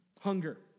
Hunger